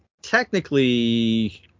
technically